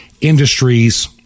industries